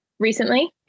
recently